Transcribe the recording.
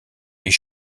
est